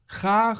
ga